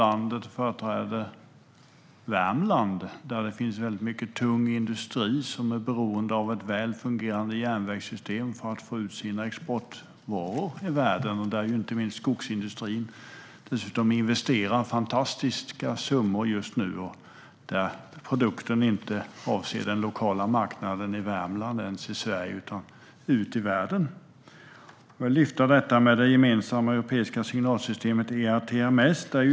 Han företräder Värmland, där det finns väldigt mycket tung industri som är beroende av ett väl fungerande järnvägssystem för att få ut sina exportvaror i världen och där inte minst skogsindustrin dessutom investerar fantastiska summor just nu. Produkten är inte avsedd för den lokala marknaden i Värmland, eller ens i Sverige, utan ska ut i världen. Jag vill ta upp detta med det gemensamma europeiska signalsystemet ERTMS.